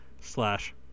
slash